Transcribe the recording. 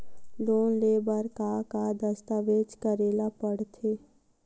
Loan ले बर का का दस्तावेज करेला पड़थे?